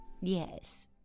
Yes